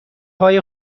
های